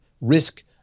risk